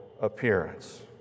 appearance